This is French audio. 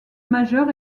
majeur